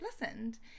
listened